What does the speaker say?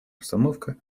обстановка